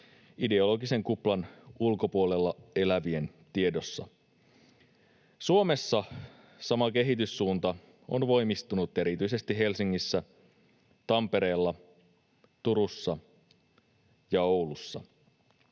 ideologisen kuplan ulkopuolella elävien tiedossa. Suomessa sama kehityssuunta on voimistunut erityisesti Helsingissä, Tampereella, Turussa ja Oulussa.